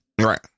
right